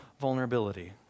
vulnerability